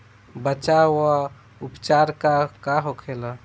बचाव व उपचार का होखेला?